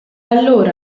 allora